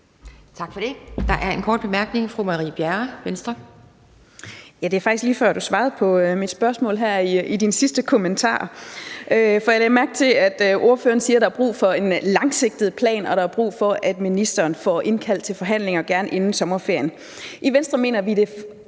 Tak for det. Der er en kort bemærkning. Fru Marie Bjerre, Venstre. Kl. 11:40 Marie Bjerre (V): Det var faktisk lige før, du svarede på mit spørgsmål her i din sidste kommentar. For jeg lagde mærke til, at ordføreren sagde, at der er brug for en langsigtet plan, og der har brug for, at ministeren får indkaldt til forhandlinger, gerne inden sommerferien. I Venstre mener vi, at